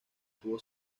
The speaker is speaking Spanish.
tuvo